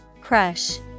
Crush